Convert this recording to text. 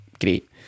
great